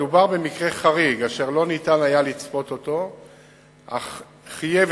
מדובר במקרה חריג אשר לא ניתן היה לצפות אותו אך חייב